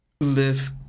live